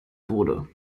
wurde